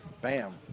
bam